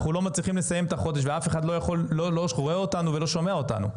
אנחנו לא מצליחים לסיים את החודש ואף אחד לא רואה אותנו ולא שומע אותנו.